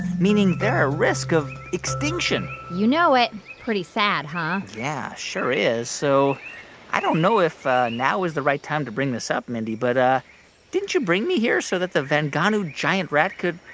meaning they're a risk of extinction you know it pretty sad, huh? yeah, sure is. so i don't know if now is the right time to bring this up, mindy, but didn't you bring me here so that the vangunu giant rat could,